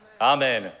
Amen